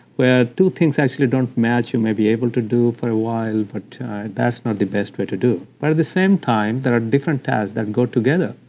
where two things actually don't match. you might be able to do for a while, but that's not the best way to do, but at the same time there are different tasks that go together.